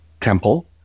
Temple